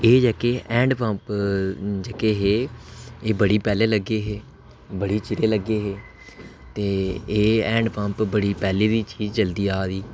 एह् जेह्के hand pump जेह्के हे एह् बड़ी पैह्लैं लग्गे हे बड़ी चिरें लग्गे हे ते हैंड पम्प बड़ी पैह्लें दे चलदे आ दे